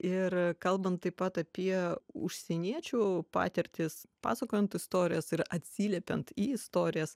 ir kalbant taip pat apie užsieniečių patirtis pasakojant istorijas ir atsiliepiant į istorijas